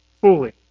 Fully